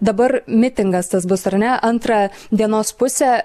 dabar mitingas tas bus ar ne antrą dienos pusę